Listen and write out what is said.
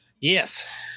Yes